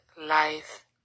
life